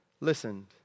listened